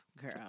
Girl